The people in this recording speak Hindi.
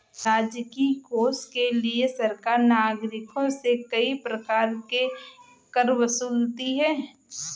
राजकीय कोष के लिए सरकार नागरिकों से कई प्रकार के कर वसूलती है